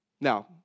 Now